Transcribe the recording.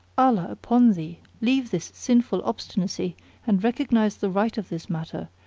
allah upon thee, leave this sinful obstinacy and recognise the right of this matter,